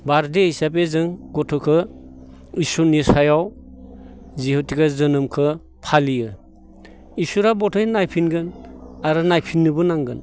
बार्डे हिसाबै जों गथ'खो इसोरनि सायाव जिहेतुके जोनोमखो फालियो इसोरा बधे नायफिनगोन आरो नायफिननोबो नांगोन